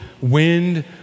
wind